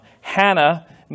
Hannah